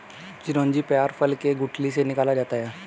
चिरौंजी पयार फल के गुठली से निकाला जाता है